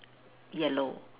yellow